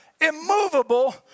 immovable